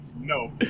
no